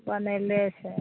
बनाएले छै